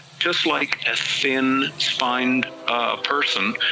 just like a thin spine person,